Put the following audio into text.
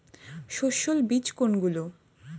সস্যল বীজ কোনগুলো?